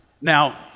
Now